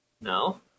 No